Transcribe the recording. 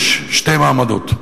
שני מעמדות: